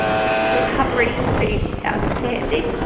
recovery has been outstanding.